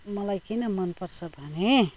मलाई किन मनपर्छ भने